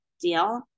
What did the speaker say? deal